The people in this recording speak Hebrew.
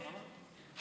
אמרת את זה יפה.